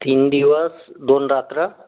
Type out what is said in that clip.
तीन दिवस दोन रात्र